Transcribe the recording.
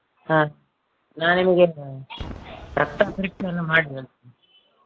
ಹಾಂ ನಾನು ನಿಮಗೆ ರಕ್ತ ಪರೀಕ್ಷೆ ಎಲ್ಲ ಮಾಡಿ ಹೇಳ್ತೀನಿ